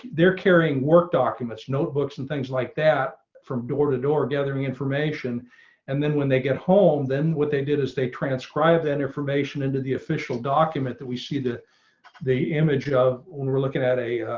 they're carrying work documents notebooks and things like that from door to door gathering information and then when they get home. then, what they did is they transcribe that information into the official document that we see the the image of when we're looking at a